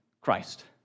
Christ